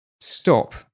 stop